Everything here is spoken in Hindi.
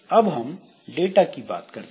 अब हम डाटा की बात करते हैं